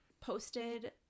posted